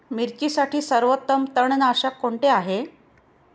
मिरचीसाठी सर्वोत्तम तणनाशक कोणते आहे?